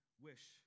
wish